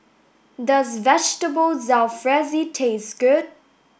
does Vegetable Jalfrezi taste good